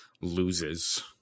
loses